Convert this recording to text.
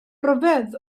ryfedd